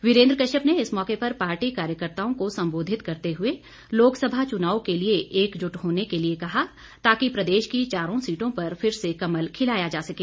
वीरेंद्र कश्यप ने इस मौके पर पार्टी कार्यकर्ताओं को संबोधित करते हुए लोकसभा चुनाव के लिए एकजुट होने के लिए कहा ताकि प्रदेश की चारों सीटों पर फिर से कमल खिलाया जा सके